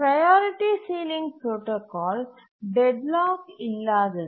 priority ceiling protocol deadlock இல்லாதது